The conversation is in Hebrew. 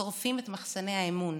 שורפים את מחסני האמון.